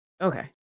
Okay